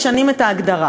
משנים את ההגדרה.